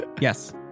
Yes